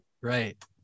right